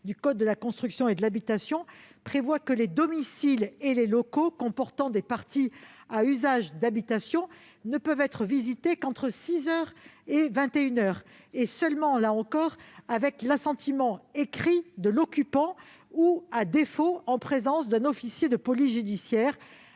du code de la construction et de l'habitation, prévoit :« Les domiciles et les locaux comportant des parties à usage d'habitation ne peuvent être visités qu'entre 6 heures et 21 heures, avec l'assentiment de l'occupant ou, à défaut, en présence d'un officier de police judiciaire